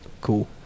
Cool